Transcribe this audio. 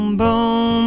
boom